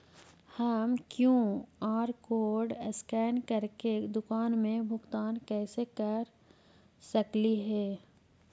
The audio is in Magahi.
हम कियु.आर कोड स्कैन करके दुकान में भुगतान कैसे कर सकली हे?